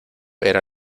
era